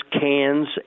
cans